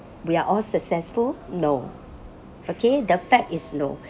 we are all successful no okay the fact is no